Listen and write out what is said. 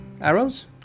Arrows